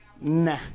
Nah